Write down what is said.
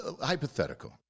hypothetical